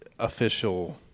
official